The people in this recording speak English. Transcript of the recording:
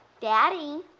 Daddy